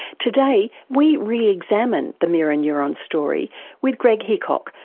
today we re-examine the mirror and neuron story with greg hickok,